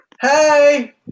Hey